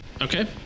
Okay